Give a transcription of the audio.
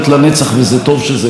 וטוב שזה כך.